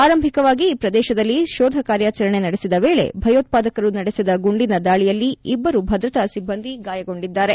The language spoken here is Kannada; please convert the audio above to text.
ಆರಂಭಿಕವಾಗಿ ಈ ಪ್ರದೇಶದಲ್ಲಿ ಶೋಧಕಾರ್ಯಾಚರಣೆ ನಡೆಸಿದ ವೇಳೆ ಭಯೋತ್ಪಾದಕರು ನಡೆಸಿದ ಗುಡಿನ ದಾಳಿಯಲ್ಲಿ ಇಬ್ಲರು ಭದ್ರತಾ ಸಿಬ್ಲಂದಿ ಗಾಯಗೊಂಡಿದ್ದಾರೆ